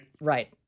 Right